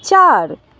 চার